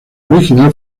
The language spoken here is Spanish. original